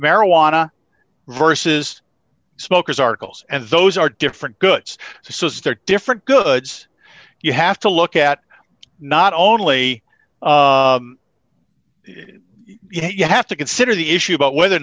marijuana versus smokers articles and those are different goods so start different goods you have to look at not only you have to consider the issue about whether or